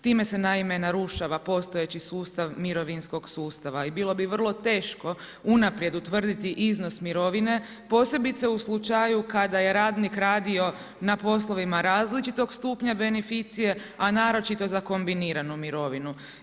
Time se naime narušava postojeći sustav mirovinskog sustava i bilo bi vrlo teško unaprijed utvrditi iznos mirovine posebice u slučaju kada je radnik radio na poslovima različitog stupnja beneficije a naročito za kombiniranu mirovinu.